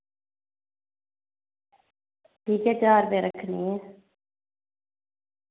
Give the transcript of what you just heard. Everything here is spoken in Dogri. ठीक ऐ ज्हार रपे रक्खनी ऐ